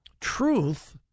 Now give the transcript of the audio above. truth